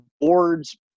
Boards